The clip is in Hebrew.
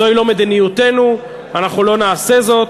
זוהי לא מדיניותנו, אנחנו לא נעשה זאת.